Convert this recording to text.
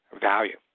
value